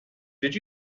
did